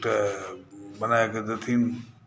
एकटा बना कए देथिन